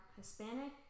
hispanic